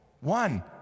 One